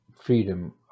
freedom